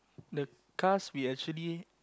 the cast we actually